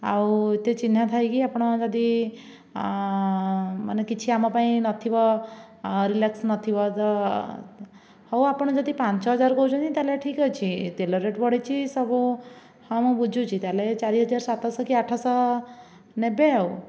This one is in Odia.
ଆଉ ଏତେ ଚିହ୍ନା ଥାଇକି ଆପଣ ଯଦି ମାନେ କିଛି ଆମ ପାଇଁ ନଥିବ ରିଲାକ୍ସ ନଥିବ ତ ହଉ ଆପଣ ଯଦି ପାଞ୍ଚ ହଜାର କହୁଛନ୍ତି ତାହେଲେ ଠିକ ଅଛି ତେଲ ରେଟ୍ ବଢିଛି ସବୁ ହଁ ମୁଁ ବୁଝୁଛି ତାହେଲେ ଚାରିହଜାର ସାତଶହ କି ଆଠଶହ ନେବେ ଆଉ